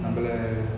நம்பல:nambala